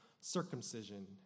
circumcision